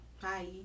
hi